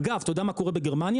אגב, אתה יודע מה קורה בגרמניה?